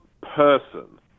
person